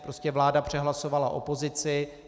Prostě vláda přehlasovala opozici.